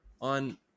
on